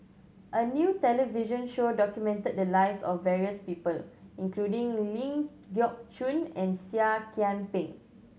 a new television show documented the lives of various people including Ling Geok Choon and Seah Kian Peng